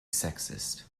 sexist